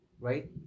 right